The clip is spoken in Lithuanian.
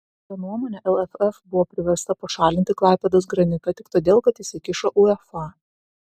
jo nuomone lff buvo priversta pašalinti klaipėdos granitą tik todėl kad įsikišo uefa